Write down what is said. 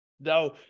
now